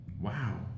Wow